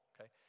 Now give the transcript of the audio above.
okay